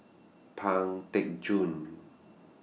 Pang Teck Joon